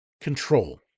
control